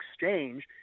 exchange